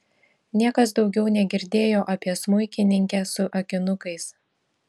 niekas daugiau negirdėjo apie smuikininkę su akinukais